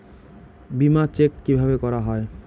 বিমা চেক কিভাবে করা হয়?